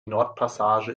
nordpassage